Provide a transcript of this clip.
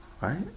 Right